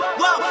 Whoa